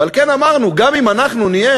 ועל כן אמרנו: גם אם אנחנו נהיה,